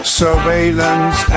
surveillance